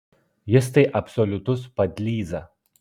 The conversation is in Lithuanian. jis tai absoliutus padlyza